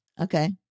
Okay